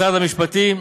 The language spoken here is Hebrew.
משרד המשפטים,